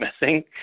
missing